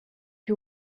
you